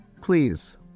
Please